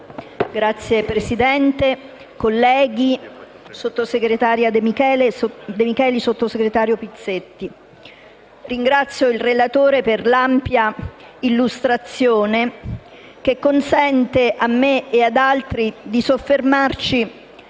Signora Presidente, colleghi, sottosegretaria De Micheli e sottosegretario Pizzetti, ringrazio il relatore per l'ampia illustrazione che consente a me e ad altri di soffermarci